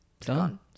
Done